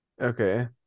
Okay